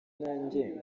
nanjye